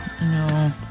No